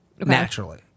naturally